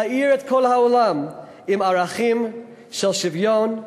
להאיר את כל העולם עם ערכים של שוויון,